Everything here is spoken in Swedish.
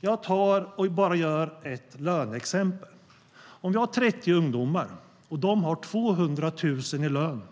Jag tar ett löneexempel. Jag har 30 ungdomar, och de har 200 000 kr i lön.